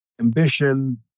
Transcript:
ambition